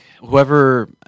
whoever